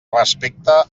respecta